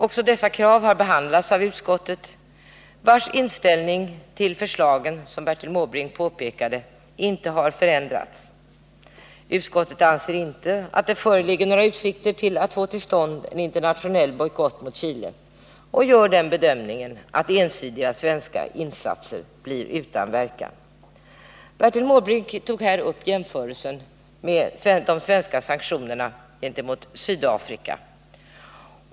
Också dessa krav har behandlats av utskottet, vars inställning till förslagen som Bertil Måbrink påpekade inte har förändrats. Utskottet anser inte att det föreligger några utsikter till att få till stånd en internationell bojkott mot Chile och gör den bedömningen att ensidiga svenska insatser blir utan verkan. Bertil Måbrink tog upp jämförelsen med de svenska sanktionerna gentemot Sydafrika.